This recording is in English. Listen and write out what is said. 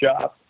job